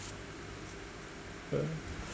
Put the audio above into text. ah